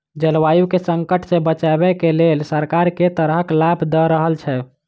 जलवायु केँ संकट सऽ बचाबै केँ लेल सरकार केँ तरहक लाभ दऽ रहल छै?